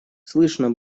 слышно